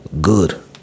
good